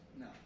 No